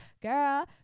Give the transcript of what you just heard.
girl